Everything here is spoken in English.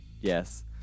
yes